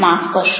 માફ કરશો